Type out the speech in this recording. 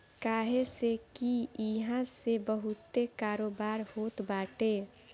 काहे से की इहा से बहुते कारोबार होत बाटे